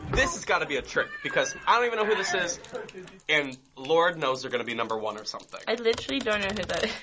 this has gotta be a trick, because i don't even know who this is and lord knows they're gonna be number one or something. i literally don't know ah who that